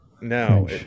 No